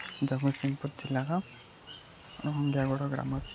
ଜଗତସିଂପୁର ଜିଲ୍ଲାର ଏବଂ ଦେଓଗଡ଼ ଗ୍ରାମର